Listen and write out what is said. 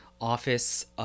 office